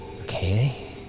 Okay